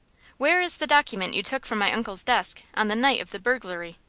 where is the document you took from my uncle's desk on the night of the burglary?